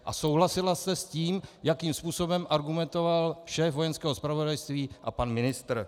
A souhlasila jste s tím, jakým způsobem argumentoval šéf Vojenského zpravodajství a pan ministr.